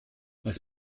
als